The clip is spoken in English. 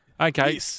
Okay